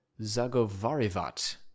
Zagovarivat